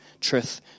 truth